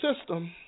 system